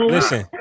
Listen